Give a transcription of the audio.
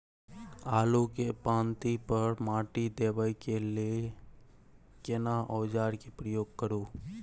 आलू के पाँति पर माटी देबै के लिए केना औजार के प्रयोग करू?